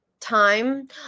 time